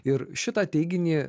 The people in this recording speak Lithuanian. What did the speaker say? ir šitą teiginį